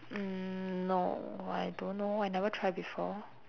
mm no I don't know I never try before